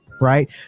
Right